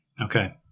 Okay